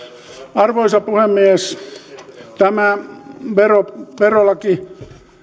arvoisa puhemies tämä verolaki